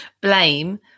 blame